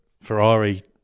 Ferrari